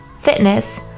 fitness